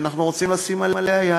שאנחנו רוצים לשים עליה יד.